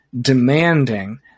demanding